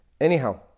Anyhow